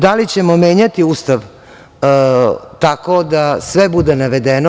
Da li ćemo menjati Ustav tako da sve bude navedeno?